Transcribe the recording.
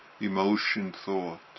emotion-thought